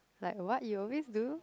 like what you always do